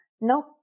No